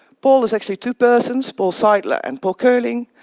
paul is actually two persons, paul seidler and paul kolling.